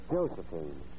Josephine